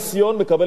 מקבל את התנצלותי.